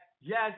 yes